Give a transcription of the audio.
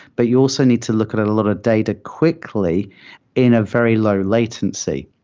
but you also need to look at a lot of data quickly in a very low latency.